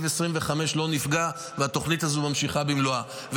2025 לא נפגע והתוכנית הזאת נמשכת במלואה.